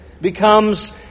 becomes